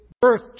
birth